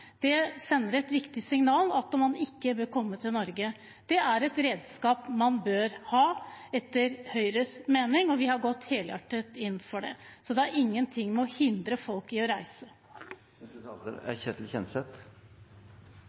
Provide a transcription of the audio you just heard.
Det sender et viktig signal om at man ikke bør komme til Norge. Det er et redskap man bør ha, etter Høyres mening, og vi har gått helhjertet inn for det. Så det har ingenting å gjøre med å hindre folk i å reise.